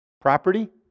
property